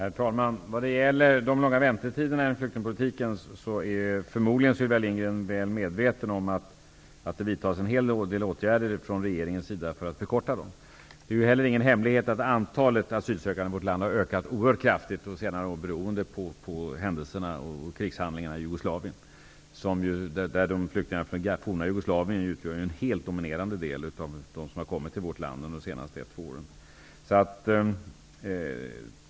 Herr talman! När det gäller de långa väntetiderna på flyktingpolitikens område är Sylvia Lindgren förmodligen väl medveten om att det vidtas en hel del åtgärder från regeringens sida för att förkorta dem. Det är inte heller någon hemlighet att antalet asylsökande i vårt land har ökat oerhört kraftigt under senare år beroende på händelserna och krigshandlingarna i Jugoslavien. Flyktingarna från det forna Jugoslavien utgör en helt dominerande del av dem som har kommit till vårt land under de senaste två åren.